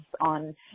on